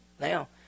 Now